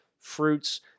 fruits